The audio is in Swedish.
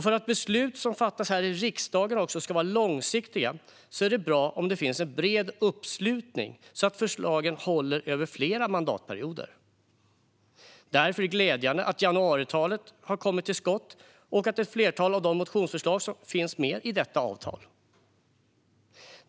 För att beslut som fattas här i riksdagen också ska vara långsiktiga är det bra om det finns en bred uppslutning så att förslagen håller över flera mandatperioder. Därför är det glädjande att januariavtalet har kommit till stånd och att ett flertal av motionsförslagen finns med i detta avtal.